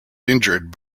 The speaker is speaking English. injured